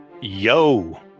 Yo